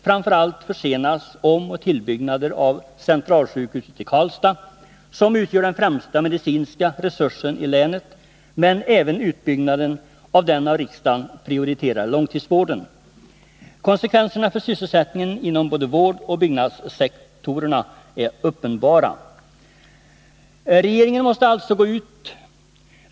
Framför allt försenas omoch tillbyggna der av Centralsjukhuset i Karlstad, som utgör den främsta medicinska resursen i länet, men även utbyggnaden av den av riksdagen prioriterade långtidssjukvården försenas. Konsekvenserna för sysselsättningen inom både vårdoch byggnadssektorn är uppenbara.